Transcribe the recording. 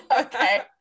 Okay